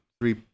three